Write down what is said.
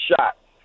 shot